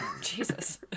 jesus